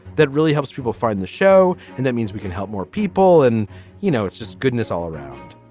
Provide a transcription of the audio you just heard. that really helps people find the show and that means we can help more people and you know it's just goodness all around.